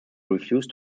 refused